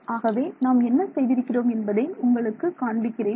ஆகவே நாம் என்ன செய்திருக்கிறோம் என்பதை உங்களுக்கு காண்பிக்கிறேன்